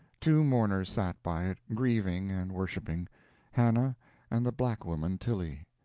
two mourners sat by it, grieving and worshipping hannah and the black woman tilly.